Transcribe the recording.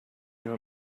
you